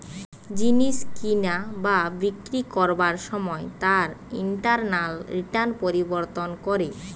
জিনিস কিনা বা বিক্রি করবার সময় তার ইন্টারনাল রিটার্ন পরিবর্তন করে